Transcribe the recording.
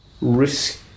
Risk